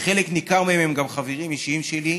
וחלק ניכר מהם הם גם חברים אישיים שלי.